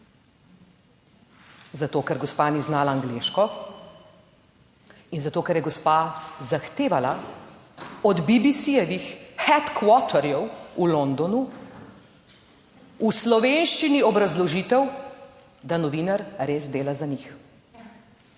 zato, ker gospa ni znala angleško, in zato, ker je gospa zahtevala od BBC-jevih "headquarter-jev" v Londonu v slovenščini obrazložitev, da novinar res dela za njih